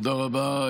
תודה רבה,